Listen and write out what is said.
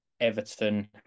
Everton